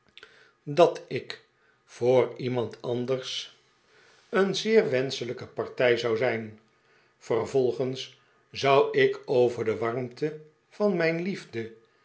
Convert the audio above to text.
dat ik voor iemand anders een zeer wenschelijke partij zou zijn vervolgens zou ik over de warmte van mijn liefde